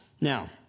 Now